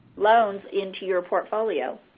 loans into your portfolio.